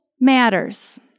matters